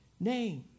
name